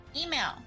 Email